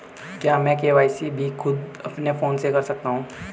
क्या मैं के.वाई.सी खुद अपने फोन से कर सकता हूँ?